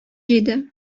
җиде